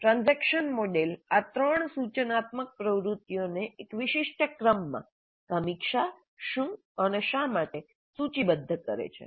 transaction model આ ત્રણ સૂચનાત્મક પ્રવૃત્તિઓને એક વિશિષ્ટ ક્રમમાં સમીક્ષા શું અને શા માટે સૂચિબદ્ધ કરે છે